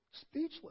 speechless